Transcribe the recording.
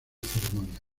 ceremonias